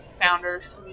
Founders